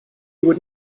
would